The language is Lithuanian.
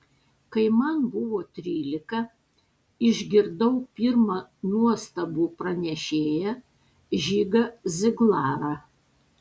kai man buvo trylika išgirdau pirmą nuostabų pranešėją žigą ziglarą